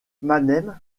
mannheim